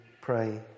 pray